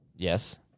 Yes